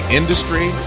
industry